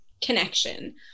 connection